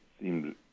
seemed